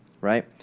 right